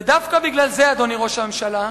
ודווקא בגלל זה, אדוני ראש הממשלה,